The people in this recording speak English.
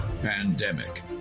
Pandemic